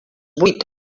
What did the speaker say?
vuit